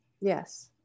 Yes